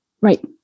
right